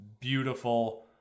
beautiful